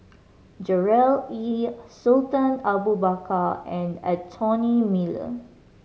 Gerard Ee Sultan Abu Bakar and Anthony Miller